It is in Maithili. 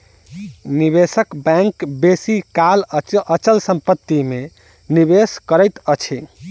निवेशक बैंक बेसी काल अचल संपत्ति में निवेश करैत अछि